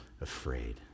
afraid